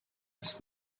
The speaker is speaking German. ist